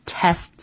Tests